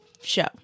show